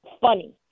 funny